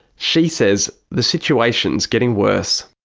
she says the situation's getting worse.